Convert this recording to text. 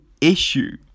issue